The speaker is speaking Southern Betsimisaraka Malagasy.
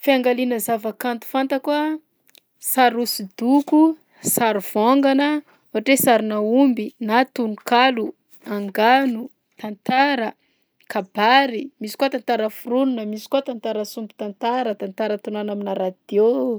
Fiangaliana zava-kato fantako a: sary hosodoko, sary vôngana ohatra hoe sarinà omby, na tononkalo, agnano, tantara, kabary, misy koa tantara foronina, misy koa tantara sombin-tantara, tantara tonoana aminà radio.